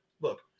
Look